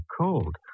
cold